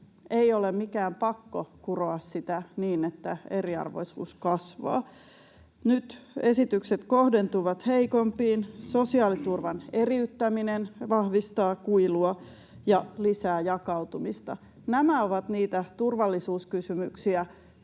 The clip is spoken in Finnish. ei ole mikään pakko kuroa sitä niin, että eriarvoisuus kasvaa. Nyt esitykset kohdentuvat heikompiin. Sosiaaliturvan eriyttäminen vahvistaa kuilua ja lisää jakautumista. Nämä ovat niitä turvallisuuskysymyksiä.